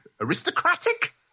Aristocratic